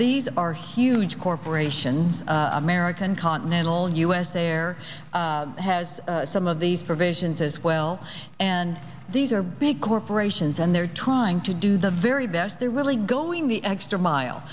these are huge corporations american continental u s air has some of these provisions as well and these are big corporations and they're trying to do the very best they're really going the extra mile